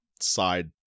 side